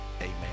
amen